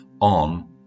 on